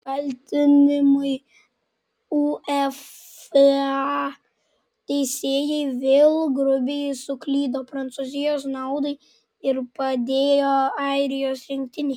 kaltinimai uefa teisėjai vėl grubiai suklydo prancūzijos naudai ir padėjo airijos rinktinei